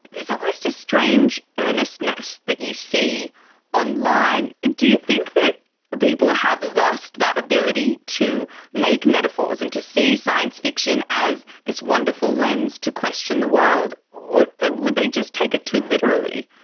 there's almost a strange earnestness that you see online. do you think that people have lost that ability to make metaphors and to see science fiction as this wonderful lens to question the world? or would they just take it too literally?